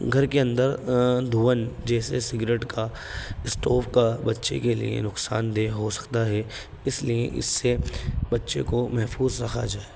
گھر کے اندر دھواں جیسے سگریٹ کا اسٹوو کا بچے کے لیے نقصان دہ ہو سکتا ہے اس لیے اس سے بچے کو محفوظ رکھا جائے